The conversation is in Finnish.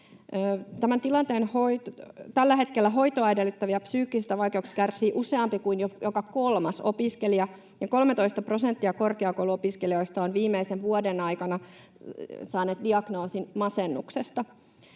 Tällä hetkellä hoitoa edellyttävistä psyykkisistä vaikeuksista kärsii jo useampi kuin joka kolmas opiskelija, ja 13 prosenttia korkeakouluopiskelijoista on viimeisen vuoden aikana saanut diagnoosin masennuksesta.